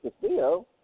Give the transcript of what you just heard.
Castillo